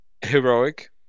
heroic